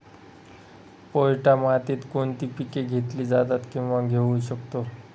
पोयटा मातीत कोणती पिके घेतली जातात, किंवा घेऊ शकतो?